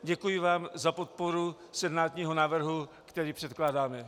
Děkuji vám za podporu senátního návrhu, který předkládáme.